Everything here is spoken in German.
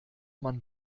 man